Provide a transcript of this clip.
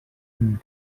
amb